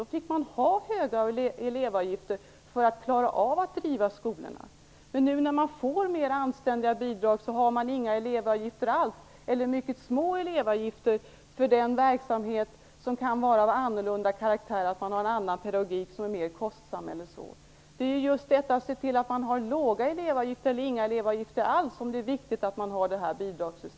Då fick man ha höga elevavgifter för att klara av att driva skolorna. Nu när man får mera anständiga bidrag har man inga elevavgifter alls eller bara mycket små avgifter för den verksamhet som kan vara av annorlunda karaktär. Det kan vara fråga om en annan pedagogik som är mera kostsam. Det är för att se till att det blir låga elevavgifter eller inga elevavgifter alls som det här bidragssystemet är viktigt.